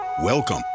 Welcome